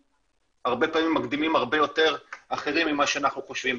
הרבה פעמים מקדימים הרבה יותר אחרים ממה שאנחנו חושבים.